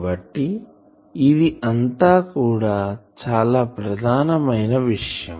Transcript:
కాబట్టి ఇది అంతా కూడా చాలా ప్రధానమైన విషయం